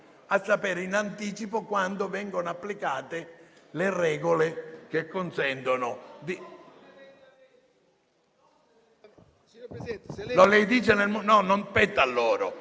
a sapere in anticipo quando vengono applicate le regole che consentono...